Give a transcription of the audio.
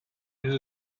his